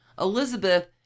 Elizabeth